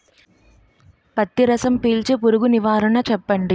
పత్తి రసం పీల్చే పురుగు నివారణ చెప్పండి?